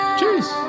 Cheers